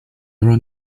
around